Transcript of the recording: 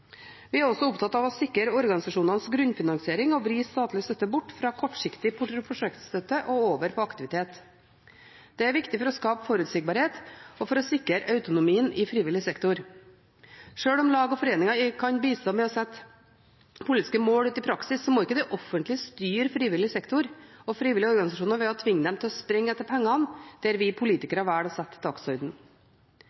Vi er også opptatt av å sikre organisasjonenes grunnfinansiering og vri statlig støtte bort fra kortsiktig prosjektstøtte og over på aktivitet. Det er viktig for å skape forutsigbarhet og for å sikre autonomien i frivillig sektor. Sjøl om lag og foreninger kan bistå med å sette politiske mål ut i praksis, må ikke det offentlige styre frivillig sektor og frivillige organisasjoner ved å tvinge dem til å springe etter penger, der vi